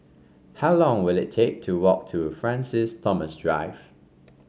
how long will it take to walk to Francis Thomas Drive